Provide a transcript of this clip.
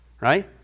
Right